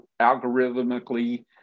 algorithmically